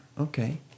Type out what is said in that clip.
okay